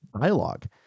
dialogue